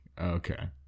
Okay